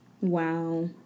Wow